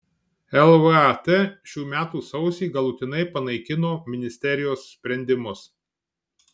lvat šių metų sausį galutinai panaikino ministerijos sprendimus